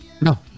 No